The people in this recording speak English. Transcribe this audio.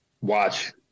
watch